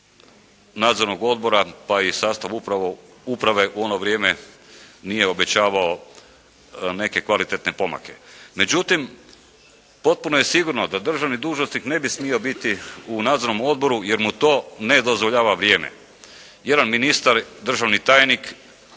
nadzornog odbora, pa i sastav upravo uprave u ono vrijeme nije obećavao neke kvalitetne pomake. Međutim potpuno je sigurno da državni dužnosnik ne bi smio biti u nadzornom odboru jer mu to ne dozvoljava vrijeme. Jedan ministar, državni tajnik